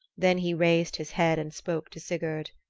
then he raised his head and spoke to sigurd.